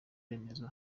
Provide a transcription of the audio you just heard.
remezo